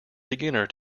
beginner